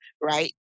Right